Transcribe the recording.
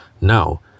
Now